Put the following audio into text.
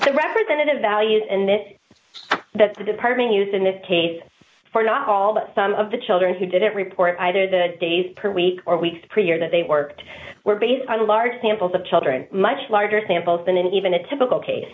s representative values and that the department used in this case for not all but some of the children who didn't report either the days per week or weeks per year that they worked were based on large samples of children much larger samples than in even a typical case